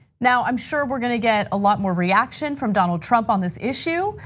now, i'm sure we're going to get a lot more reaction from donald trump on this issue.